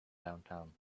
downtown